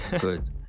good